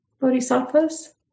Bodhisattvas